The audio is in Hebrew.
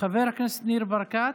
חבר הכנסת ניר ברקת,